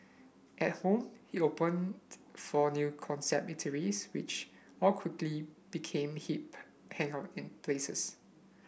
at home he opened four new concept eateries which all quickly became hip hangout in places